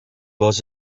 was